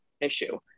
issue